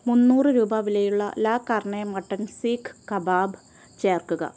മുന്നൂറ് രൂപ വിലയുള്ള ലാ കർനെ മട്ടൻ സീഖ് കബാബ് ചേർക്കുക